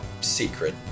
secret